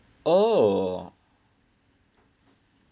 oh